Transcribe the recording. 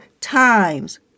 times